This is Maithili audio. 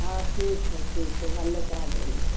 हँ ठीक हइ ठीक हइ भले कह देली हँ